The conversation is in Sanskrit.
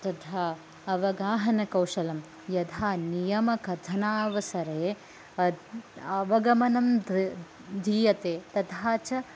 तथा अवगाहनकौशलं यथा नियमकथनावसरे अवगमनं द् दीयते तथा च